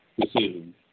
decision